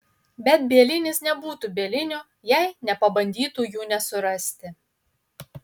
bet bielinis nebūtų bieliniu jei nepabandytų jų nesurasti